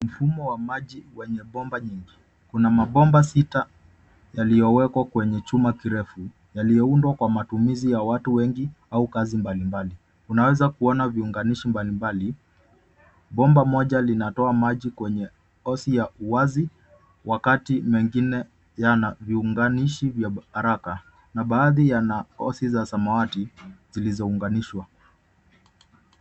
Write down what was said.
Mfumo wa maji wenye bomba nyingi, kuna mabomba sita yalio wekwa kwenye chuma kirefu yalio undwa kwa matumizi ya watu wengi au kazi mbalimbali. Unaweza kuona viunganishi mbalimbali. Bomba moja linatoa maji kwenye hosing ya wazi wakati mwingine yana unganishi vya haraka na baadhi yana hosing za samawati zilizo unganishwa.